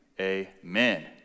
amen